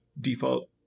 default